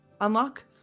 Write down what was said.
unlock